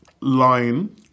line